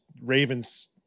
ravens